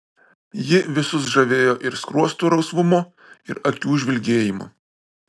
ji visus žavėjo ir skruostų rausvumu ir akių žvilgėjimu